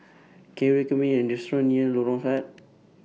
Can YOU recommend Me A Restaurant near Lorong Sahad